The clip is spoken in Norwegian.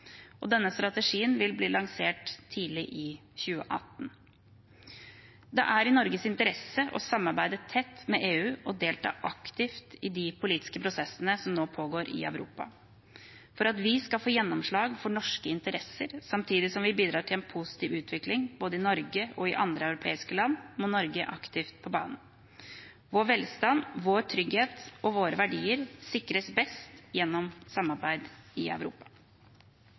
Denne strategien vil bli lansert tidlig i 2018. Det er i Norges interesse å samarbeide tett med EU og delta aktivt i de politiske prosessene som pågår i Europa. For at vi skal få gjennomslag for norske interesser, samtidig som vi bidrar til en positiv utvikling både i Norge og i andre europeiske land, må Norge aktivt på banen. Vår velstand, vår trygghet og våre verdier sikres best gjennom samarbeid i Europa.